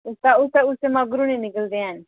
उस्ता उस्ता मगरू नी निकलदे हैन